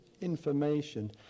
information